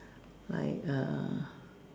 like A